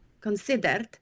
considered